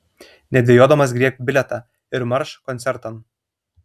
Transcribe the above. nedvejodamas griebk bilietą ir marš koncertan